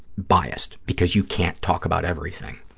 biased, because you can't talk about everything.